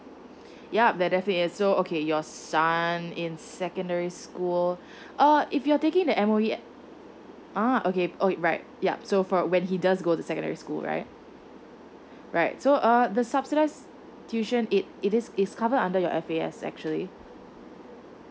yup that's definitely is so okay your son in secondary school uh if you are taking the M_O_E ah okay alright yup so for when he does go to secondary school right right so uh the subsidize tuition it it is cover under your F_A_S actually